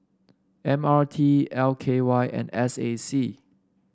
M R T L K Y and S A C